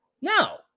no